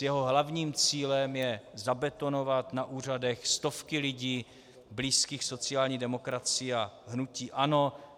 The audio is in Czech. Jeho hlavním cílem je zabetonovat na úřadech stovky lidí blízkých sociální demokracii a hnutí ANO.